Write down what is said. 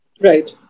Right